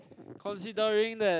considering that